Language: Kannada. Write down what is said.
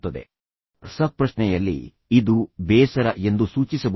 ರಸಪ್ರಶ್ನೆಯಲ್ಲಿ ಇದು ಬೇಸರ ಎಂದು ಸೂಚಿಸಬಹುದು